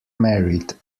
married